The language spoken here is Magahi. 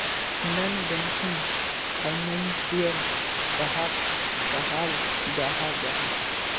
नॉन बैंकिंग फैनांशियल कहाक कहाल जाहा जाहा?